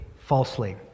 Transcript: falsely